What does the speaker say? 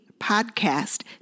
Podcast